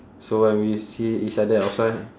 so when we see each other outside